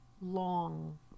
long